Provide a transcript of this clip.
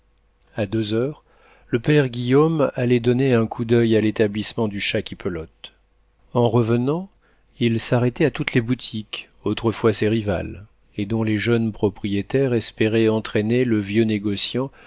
a deux heures le père guillaume allait donner un coup d'oeil à l'établissement du chat qui pelote en revenant il s'arrêtait à toutes les boutiques autrefois ses rivales et dont les jeunes propriétaires espéraient entraîner le vieux négociant